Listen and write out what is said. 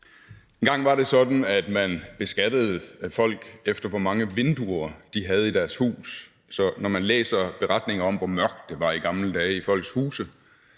at man beskattede folk, efter hvor mange vinduer de havde i deres hus. Så når man læser beretninger om, hvor mørkt det var i gamle dage i folks huse,